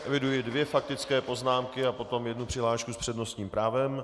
Eviduji dvě faktické poznámky a potom jednu přihlášku s přednostním právem.